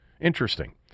Interesting